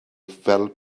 fel